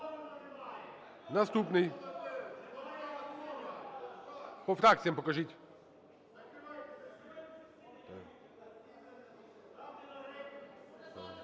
Наступний… По фракціях покажіть.